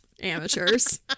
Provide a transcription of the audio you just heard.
Amateurs